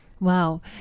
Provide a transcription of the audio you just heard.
Wow